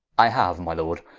i haue my lord,